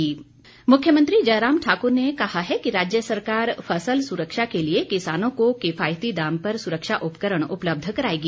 फसल सुरक्षा मुख्यमंत्री जयराम ठाकुर ने कहा है कि राज्य सरकार फसल सुरक्षा के लिए किसानों को किफायती दाम पर सुरक्षा उपकरण उपलब्ध कराएगी